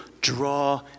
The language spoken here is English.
draw